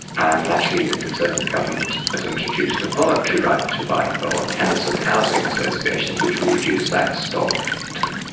and actually the conservative government has introduced a voluntary right to buy for tenants of housing associations which will reduce that stock too.